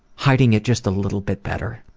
hiding it just a little bit better.